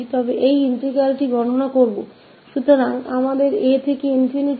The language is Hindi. तो इस इंटीग्रल की गड़ना करने पर अगर हम यह u को रखते है इस परिभासा मे